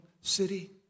city